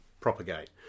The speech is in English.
propagate